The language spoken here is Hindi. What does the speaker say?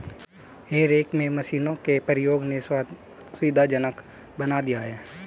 हे रेक में मशीनों के प्रयोग ने सुविधाजनक बना दिया है